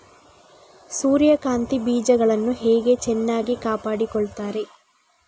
ಸೂರ್ಯಕಾಂತಿ ಬೀಜಗಳನ್ನು ಹೇಗೆ ಚೆನ್ನಾಗಿ ಕಾಪಾಡಿಕೊಳ್ತಾರೆ?